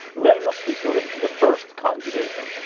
lay must be sort of the first conjugation.